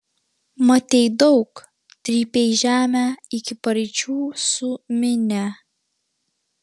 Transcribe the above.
matei daug trypei žemę iki paryčių su minia